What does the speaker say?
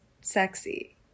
sexy